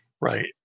Right